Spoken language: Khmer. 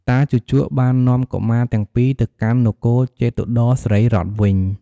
តាជូជកបាននាំកុមារទាំងពីរទៅកាន់នគរជេតុត្តរសិរីរដ្ឋ វិញ។